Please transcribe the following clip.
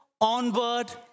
onward